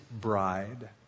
Bride